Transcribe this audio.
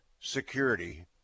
Security